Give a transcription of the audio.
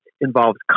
involves